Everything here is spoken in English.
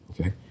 Okay